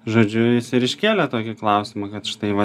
žodžiu jis ir iškėlė tokį klausimą kad štai va